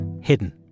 hidden